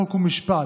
חוק ומשפט,